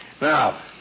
Now